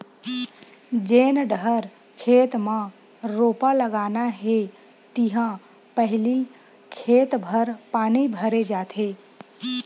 जेन डहर खेत म रोपा लगाना हे तिहा पहिली खेत भर पानी भरे जाथे